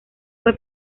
fue